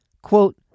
Quote